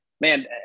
man